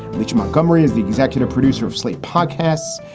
which montgomery is the executive producer of slate podcasts.